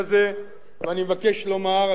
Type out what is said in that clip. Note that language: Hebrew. ואני מבקש לומר, אדוני היושב-ראש,